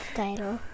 title